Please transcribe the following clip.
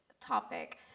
topic